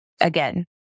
again